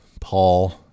Paul